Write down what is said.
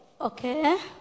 Okay